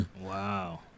Wow